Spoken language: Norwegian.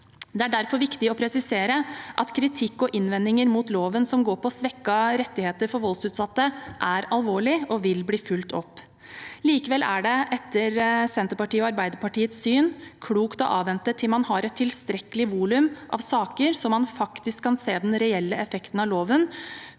Det er derfor viktig å presisere at kritikk og innvendinger mot loven som går på svekkede rettigheter for voldsutsatte, er alvorlig og vil bli fulgt opp. Likevel er det etter Senterpartiet og Arbeiderpartiets syn klokt å avvente til man har et tilstrekkelig volum av saker, slik at man faktisk kan se den reelle effekten av loven